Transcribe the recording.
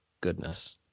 goodness